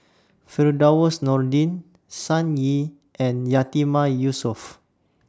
Firdaus Nordin Sun Yee and Yatiman Yusof